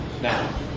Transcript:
Now